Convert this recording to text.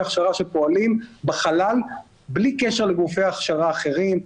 הכשרה שפועלים בחלל בלי קשר לגופי הכשרה אחרים,